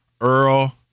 Earl